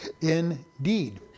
indeed